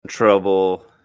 Trouble